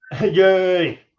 Yay